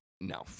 No